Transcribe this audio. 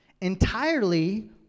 entirely